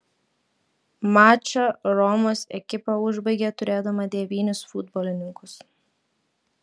mačą romos ekipa užbaigė turėdama devynis futbolininkus